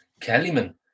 Kellyman